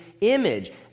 image